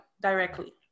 directly